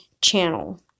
channel